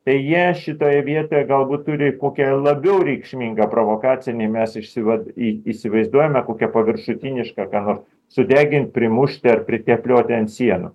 tai jie šitoje vietoje galbūt turi kokią labiau reikšmingą provokacinį mes išsiva į įsivaizduojame kokia paviršutiniška ką nor sudegint primušt ar priteplioti ant sienų